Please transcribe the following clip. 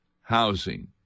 housing